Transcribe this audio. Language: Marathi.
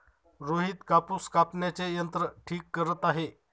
रोहित कापूस कापण्याचे यंत्र ठीक करत आहे